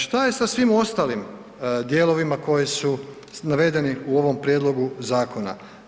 Šta je sa svim ostalim dijelovima koji su navedeni u ovom prijedlogu zakona?